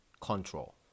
Control